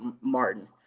Martin